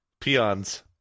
Peons